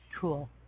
Cool